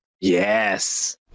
Yes